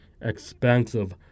expensive